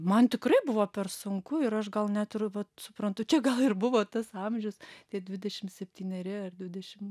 man tikrai buvo per sunku ir aš gal net ir vat suprantu čia gal ir buvo tas amžius tie dvidešim septyneri ar dvidešim